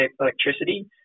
electricity